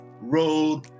road